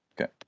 Okay